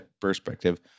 perspective